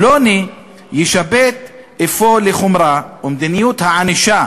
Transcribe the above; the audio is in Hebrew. פלוני יישפט אפוא לחומרה, ומדיניות הענישה